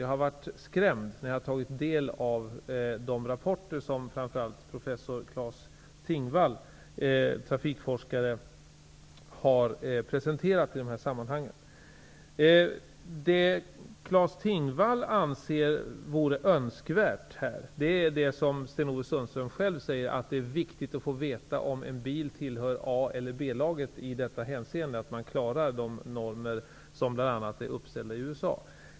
Jag blev skrämd när jag tog del av de rapporter som framför allt professor Claes Tingvall, trafikforskare, har presenterat i de här sammanhangen. Det Claes Tingvall anser vore önskvärt är detsamma som Sten-Ove Sundström själv säger är viktigt att få veta, nämligen om en bil tillhör A eller B-laget, att den klarar de normer som bl.a. är uppställda i USA.